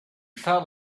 felt